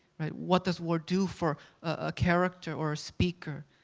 right? what does war do for a character or a speaker?